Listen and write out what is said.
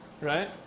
right